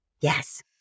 Yes